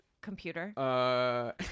computer